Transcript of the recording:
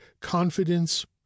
confidence